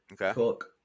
Okay